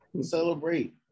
Celebrate